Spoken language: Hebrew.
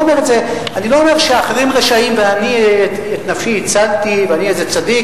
אני לא אומר שאחרים רשעים ואני את נפשי הצלתי ואני איזה צדיק.